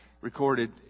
recorded